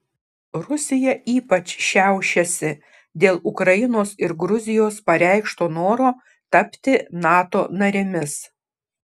rusija ypač šiaušiasi dėl ukrainos ir gruzijos pareikšto noro tapti nato narėmis